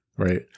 Right